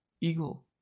eagle